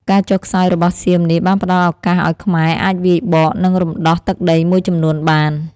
ការចុះខ្សោយរបស់សៀមនេះបានផ្ដល់ឱកាសឱ្យខ្មែរអាចវាយបក និងរំដោះទឹកដីមួយចំនួនបាន។